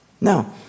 Now